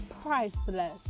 priceless